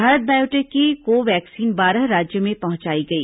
Bharat Biotech की Covaxin बारह राज्यों में पहुंचाई गई